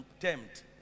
contempt